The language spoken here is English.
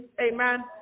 amen